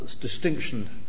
distinction